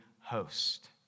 host